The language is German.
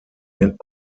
nennt